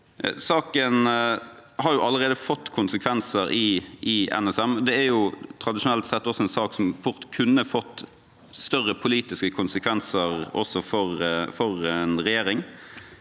Saken har allerede fått konsekvenser i NSM. Dette er tradisjonelt sett en sak som fort kunne fått større politiske konsekvenser, også for en regjering.